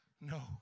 No